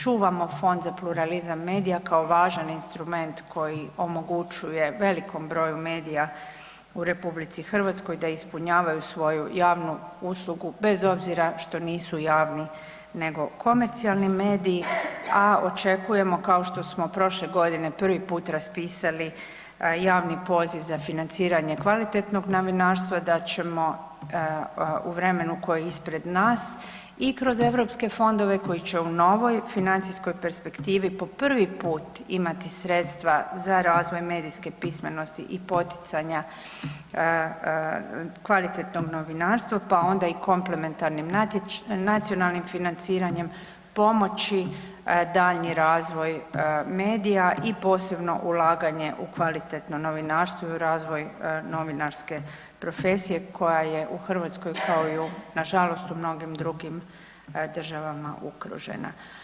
Čuvamo Fond za pluralizam medija kao važan instrument koji omogućuje velikom broju medija u Republici Hrvatskoj da ispunjavaju svoju javnu uslugu bez obzira što nisu javni nego komercijalni mediji, a očekujemo kao što smo prošle godine prvi put raspisali javni poziv za financiranje kvalitetnog novinarstva da ćemo u vremenu koje je ispred nas i kroz europske fondove koji će u novoj financijskoj perspektivi po prvi put imati sredstva za razvoj medijske pismenosti i poticanja kvalitetnog novinarstva, pa onda i komplementarnim nacionalnim financiranjem pomoći daljnji razvoj medija i posebno ulaganje u kvalitetno novinarstvo i u razvoj novinarske profesije koja je u Hrvatskoj kao i nažalost u mnogim drugim državama ugrožena.